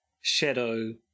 Shadow